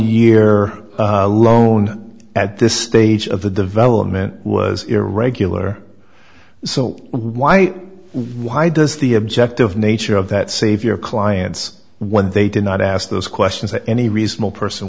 year loan at this stage of the development was irregular so why why does the objective nature of that save your clients when they did not ask those questions that any reasonable person